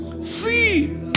See